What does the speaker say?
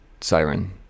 siren